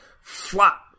flop